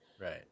Right